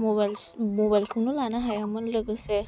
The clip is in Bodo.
मबाइलखौनो लानो हायामोन लोगोसे